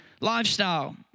lifestyle